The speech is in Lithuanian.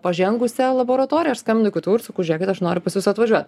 pažengusią laboratoriją aš skambinu į ktu ir sakau žiūrėkit aš noriu pas jus atvažiuot